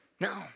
No